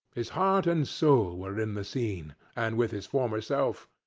his heart and soul were in the scene, and with his former self.